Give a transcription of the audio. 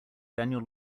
daniel